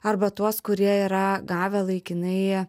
arba tuos kurie yra gavę laikinai